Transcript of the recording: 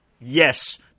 Yes